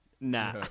Nah